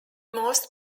most